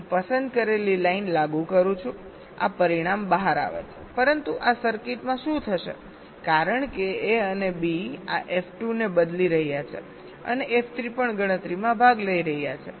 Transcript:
તેથી હું પસંદ કરેલી લાઇન લાગુ કરું છું આ પરિણામ બહાર આવે છે પરંતુ આ સર્કિટમાં શું થશે કારણ કે A અને B આ F2 ને બદલી રહ્યા છે અને F3 પણ ગણતરીમાં ભાગ લઈ રહ્યા છે